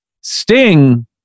Sting